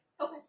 Okay